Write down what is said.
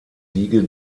wiege